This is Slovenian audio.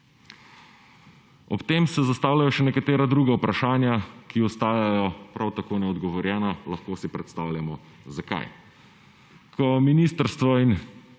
Ob tem se zastavljajo še nekatera druga vprašanja, ki ostajajo prav tako neodgovorjena. Lahko si predstavljamo, zakaj. Ko ministrstvo in